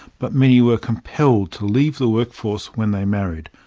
but many were compelled to leave the workforce when they married,